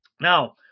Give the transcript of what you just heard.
now